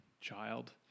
child